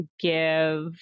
give